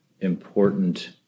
important